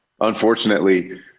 Unfortunately